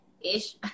ish